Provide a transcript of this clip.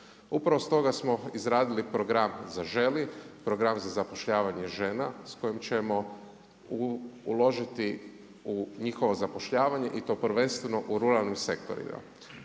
Upravo stoga smo izradili program „Zaželi„ program za zapošljavanje žena s kojim ćemo uložiti u njihovo zapošljavanje i to prvenstveno u ruralnim sektorima.